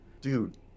dude